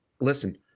listen